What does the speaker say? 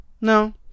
No